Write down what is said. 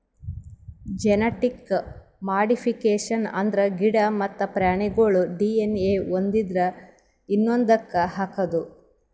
genetic modification ಅಂದ್ರ ಗಿಡ ಮತ್ತ್ ಪ್ರಾಣಿಗೋಳ್ ಡಿ.ಎನ್.ಎ ಒಂದ್ರಿಂದ ಇನ್ನೊಂದಕ್ಕ್ ಹಾಕದು